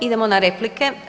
Idemo na replike.